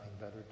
better